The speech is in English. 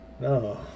no